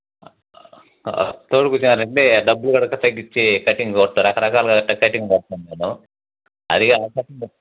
తోడుకొచ్చినారంటే డబ్బులు కూడా ఇంకా తగ్గించి కటింగ్ కొడతాను రకరకాలుగా కటింగ్ కొడతాను ఉంటాను అదే కాక